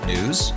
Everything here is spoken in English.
News